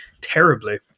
terribly